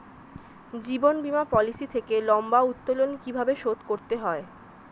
জীবন বীমা পলিসি থেকে লম্বা উত্তোলন কিভাবে শোধ করতে হয়?